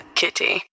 kitty